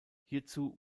hierzu